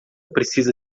precisa